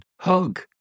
hug